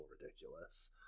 ridiculous